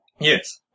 Yes